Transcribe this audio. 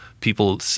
people